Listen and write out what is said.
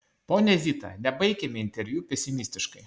ponia zita nebaikime interviu pesimistiškai